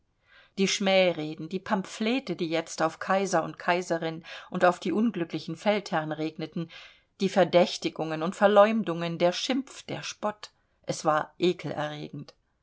die schmähreden die pamphlete die jetzt auf kaiser und kaiserin und auf die unglücklichen feldherrn regneten die verdächtigungen und verleumdungen der schimpf der spott es war